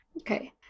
Okay